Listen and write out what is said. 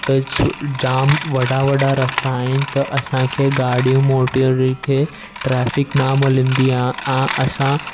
त सु जाम वॾा वॾा रस्ता आहिनि त असांखे गाॾियूं मोटरियूं खे ट्राफ़िक ना मिलंदी आहे आ असां